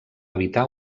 evitar